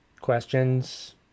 questions